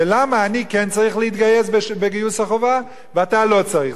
זה למה אני כן צריך להתגייס בגיוס החובה ואתה לא צריך.